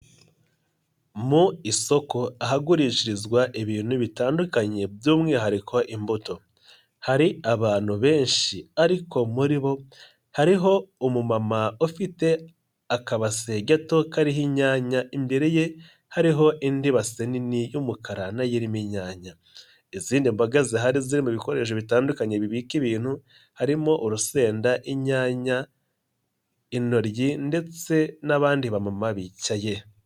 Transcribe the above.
Mu isoko ahagurishirizwa ibintu bitandukanye by'umwihariko imbuto, hari abantu benshi ariko muri bo hariho umumama ufite akabase gato kariho inya imbere ye hariho indi base nini y'umukara n'ayo irimo inyanya, izindi mboga zihari ziri mu bikoresho bitandukanye bibika ibintu harimo urusenda, inyanya, intoryi ndetse n'abandi bamama bicaye.